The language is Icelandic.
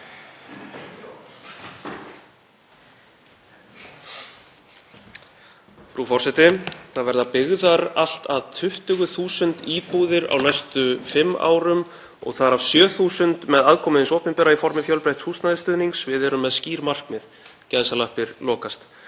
„Það verði byggðar allt að 20.000 íbúðir á næstu fimm árum og þar af 7.000 með aðkomu hins opinbera í formi fjölbreytts húsnæðisstuðnings. Við erum með skýr markmið.“ — Þetta skrifaði